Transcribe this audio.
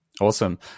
awesome